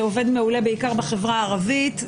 זה עובד מעולה בעיקר בחברה הערבית,